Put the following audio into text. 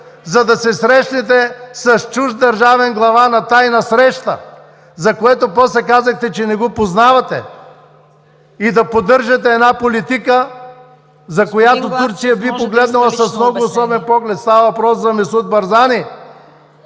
за да се срещнете с чужд държавен глава на тайна среща, за което после казахте, че не го познавате, и да поддържате една политика, за която Турция би погледнала с много особен поглед. ПРЕДСЕДАТЕЛ ЦВЕТА